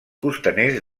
costaners